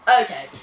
Okay